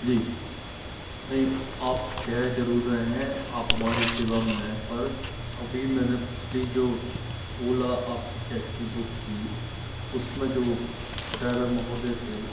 जी नहीं आप कह ज़रूर रहे है आप हमारी सेवा में है पर अभी मैंने पछली जो ओला आप की टेक्सी बुक की उस में जो ड्रायवर मोहदय थे